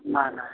নাই নাই